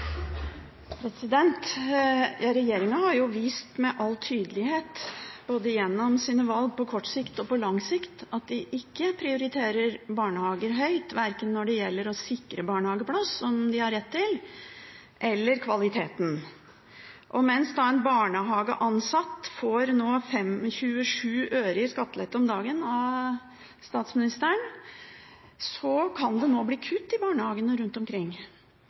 med all tydelighet vist at de ikke prioriterer barnehager høyt verken når det gjelder å sikre barnehageplass, som man har rett til, eller kvalitet. Mens en barnehageansatt nå får 27 øre i skattelette om dagen av statsministeren, kan det bli kutt i barnehagene rundt omkring,